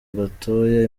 gatoya